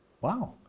Wow